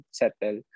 settle